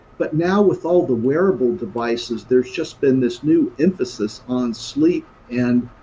but now with all the wearable devices there's just been this new emphasis on sleep and